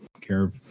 care